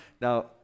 Now